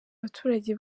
abaturage